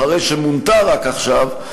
אחרי שמונתה רק עכשיו,